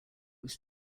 was